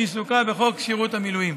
שעיסוקה בחוק שירות המילואים.